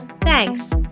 Thanks